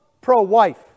pro-wife